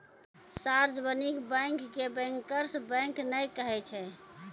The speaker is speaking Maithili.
सार्जवनिक बैंक के बैंकर्स बैंक नै कहै छै